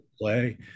play